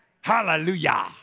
Hallelujah